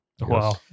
Wow